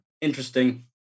interesting